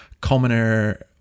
commoner